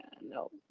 no